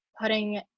putting